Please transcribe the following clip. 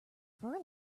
fur